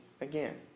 again